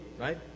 right